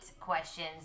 questions